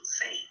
say